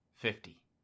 Fifty